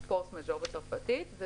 בצרפתית.